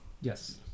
Yes